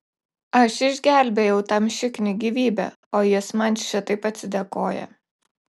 aš išgelbėjau tam šikniui gyvybę o jis man šitaip atsidėkoja